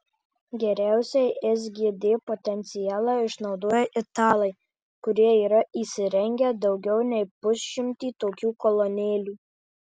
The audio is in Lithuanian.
geriausiai sgd potencialą išnaudoja italai kurie yra įsirengę daugiau nei pusšimtį tokių kolonėlių